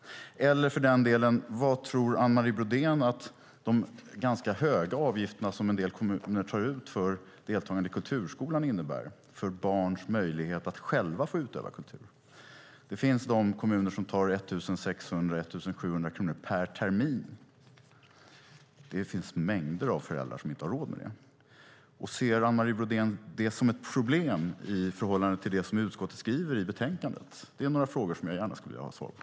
Och vad tror Anne Marie Brodén att de ganska höga avgifter som en del kommuner tar ut för deltagande i kulturskolan innebär för barns möjlighet att själva utöva kultur? Det finns kommuner som tar 1 600-1 700 kronor per termin. Det är mängder av föräldrar som inte har råd med det. Ser Anne Marie Brodén detta som ett problem i förhållande till det som utskottet skriver i betänkandet? Detta är några frågor som jag gärna skulle vilja ha svar på.